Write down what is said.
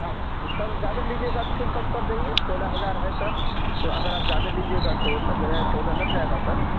ہاں سر زیادہ لیجیے گا تو پھر کم کر دیں گے سولہ ہزار ہے سر تو اگر آپ زیادہ لیجیے گا تو پندرہ چودہ لگ جائے گا سر